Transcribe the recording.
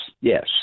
yes